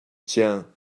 tiens